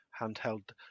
handheld